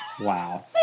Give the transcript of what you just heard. Wow